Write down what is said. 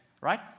right